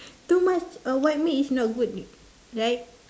too much uh white meat is not good right